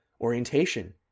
orientation